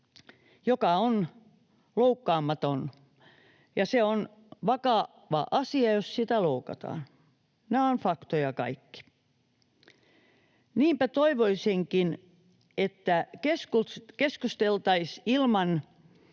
on loukkaamaton. Ja se on vakava asia, jos sitä loukataan. Nämä ovat faktoja kaikki. Niinpä toivoisinkin, että keskusteltaisiin ilman